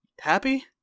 Happy